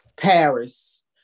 Paris